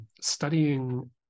studying